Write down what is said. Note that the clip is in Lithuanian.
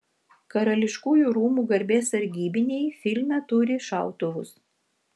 karališkųjų rūmų garbės sargybiniai filme turi šautuvus